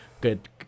good